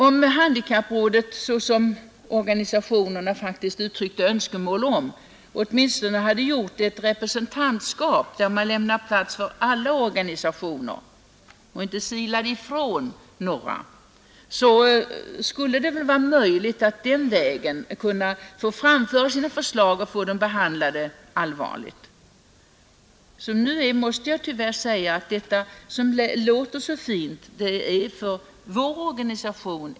Om handikapprådet, såsom organisationerna faktiskt har uttryckt önskemål om, åtminstone hade ett representantskap, där man lämnat plats för alla organisationer och inte silat ifrån några, skulle det vara möjligt att den vägen få fram förslag och få dem allvarligt behandlade. Som det nu är måste jag tyvärr säga, att det som låter så fint innebär ett steg tillbaka för vår organisation.